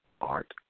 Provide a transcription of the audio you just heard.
art